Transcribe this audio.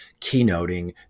keynoting